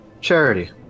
Charity